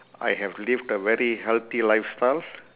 I have lived a very healthy lifestyle